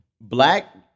black